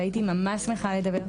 והייתי ממש שמחה לדבר דקה.